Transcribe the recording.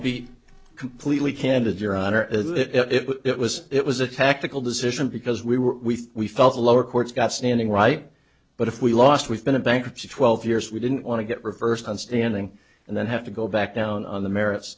be completely candid your honor is it was it was a tactical decision because we were we felt the lower courts got standing right but if we lost we've been in bankruptcy twelve years we didn't want to get reversed on standing and then have to go back down on the merits